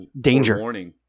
danger